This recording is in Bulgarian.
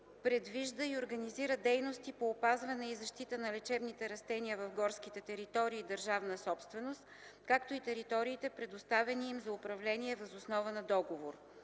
предвижда и организира дейности по опазване и защита на лечебните растения в горските територии – държавна собственост, както и териториите, предоставени им за управление, въз основа на договор;